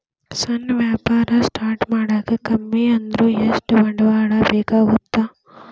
ಸಣ್ಣ ವ್ಯಾಪಾರ ಸ್ಟಾರ್ಟ್ ಮಾಡಾಕ ಕಮ್ಮಿ ಅಂದ್ರು ಎಷ್ಟ ಬಂಡವಾಳ ಬೇಕಾಗತ್ತಾ